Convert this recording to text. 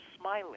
smiling